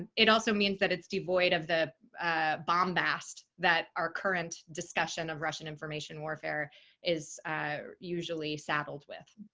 it also means that it's devoid of the bombast that our current discussion of russian information warfare is usually saddled with.